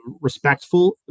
respectful